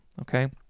okay